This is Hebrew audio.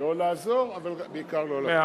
לא לעזור, אבל בעיקר לא להפריע.